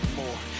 more